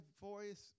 voice